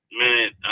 minute